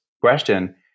question